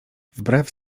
wbrew